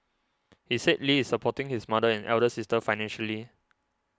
he said Lee is supporting his mother and elder sister financially